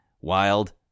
wild